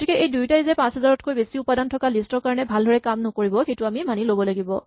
গতিকে এই দুয়োটাই যে ৫০০০ তকৈ বেছি উপাদান থকা লিষ্ট ৰ কাৰণে ভালদৰে কাম নকৰিব সেইটো আমি মানি ল'ব লাগিব